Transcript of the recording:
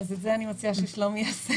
אז את זה אני מציעה ששלומי יעשה.